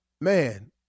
man